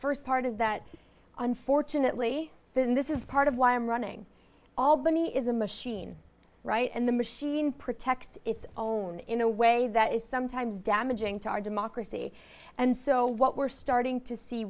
first part is that unfortunately then this is part of why i'm running albany is a machine right and the machine protects its own in a way that is sometimes damaging to our democracy and so what we're starting to see